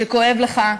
כשכואב לך,